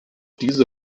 diese